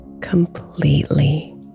completely